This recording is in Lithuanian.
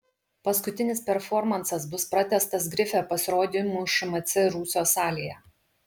paskutinis performansas bus pratęstas grife pasirodymu šmc rūsio salėje